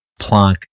Planck